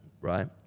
right